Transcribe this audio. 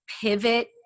pivot